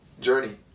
journey